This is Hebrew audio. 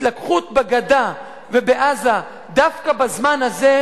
התלקחות בגדה ובעזה דווקא בזמן הזה,